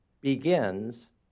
begins